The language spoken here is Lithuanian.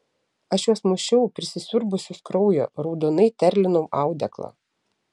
aš juos mušiau prisisiurbusius kraujo raudonai terlinau audeklą